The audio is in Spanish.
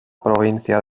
provincias